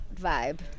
vibe